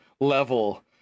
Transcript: level